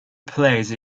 place